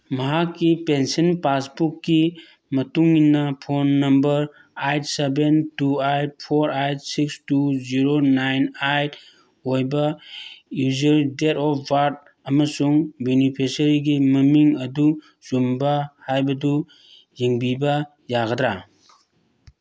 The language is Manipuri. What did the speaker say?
ꯃꯍꯥꯛꯀꯤ ꯄꯦꯟꯁꯤꯟ ꯄꯥꯁꯕꯨꯛꯀꯤ ꯃꯇꯨꯡ ꯏꯟꯅ phone number eight seven two eight four eight six two zero nine eight ꯑꯣꯏꯕ ꯌꯨꯖꯔ ꯗꯦꯠ ꯑꯣꯐ ꯕꯥꯔꯠ ꯑꯃꯁꯨꯡ ꯕꯦꯅꯤꯐꯤꯁꯔꯤꯒꯤ ꯃꯃꯤꯡ ꯑꯗꯨ ꯆꯨꯝꯕ꯭ꯔꯥ ꯍꯥꯏꯕꯗꯨ ꯌꯦꯡꯕꯤꯕ ꯌꯥꯒꯗ꯭ꯔꯥ